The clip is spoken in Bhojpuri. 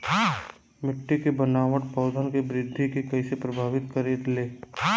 मिट्टी के बनावट पौधन के वृद्धि के कइसे प्रभावित करे ले?